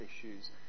issues